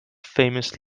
famous